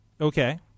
Okay